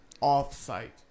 off-site